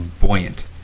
buoyant